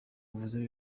uvuze